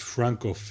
Franco